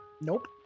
Nope